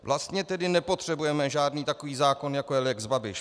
Vlastně tedy nepotřebujeme žádný takový zákon, jako je lex Babiš.